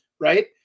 right